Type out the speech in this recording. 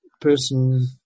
person